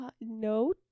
No